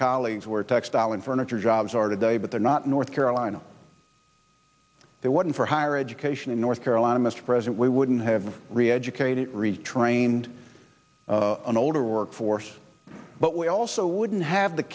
colleagues where textile and furniture jobs are today but they're not north carolina they wouldn't for higher education in north carolina mr president we wouldn't have reeducate it we trained an older workforce but we also wouldn't have the